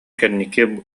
кэнники